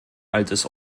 altes